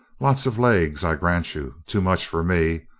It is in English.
lots of legs, i grant you. too much for me.